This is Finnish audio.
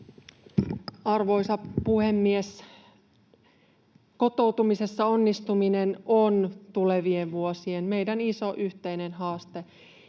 Arvoisa puhemies! Kotoutumisessa onnistuminen on tulevien vuosien meidän iso yhteinen haaste.